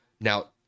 Now